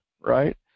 right